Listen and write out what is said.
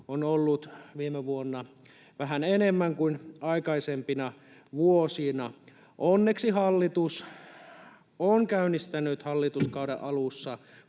on ollut viime vuonna vähän enemmän kuin aikaisempina vuosina. Onneksi hallitus on käynnistänyt hallituskauden alussa